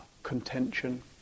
contention